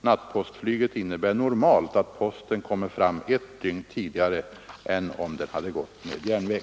Nattpostflyget innebär normalt att posten kommer fram ett dygn tidigare än om den gått med järnväg.